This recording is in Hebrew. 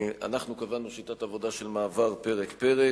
אנחנו קבענו שיטת עבודה של מעבר פרק-פרק.